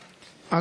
אדוני.